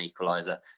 equaliser